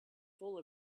full